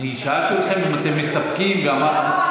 אני שאלתי אתכם אם אתם מסתפקים, ואמרתם, לא.